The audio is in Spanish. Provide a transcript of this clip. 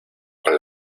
con